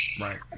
Right